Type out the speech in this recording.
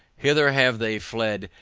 hither have they fled,